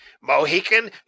Mohican